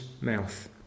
mouth